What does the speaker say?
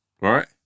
right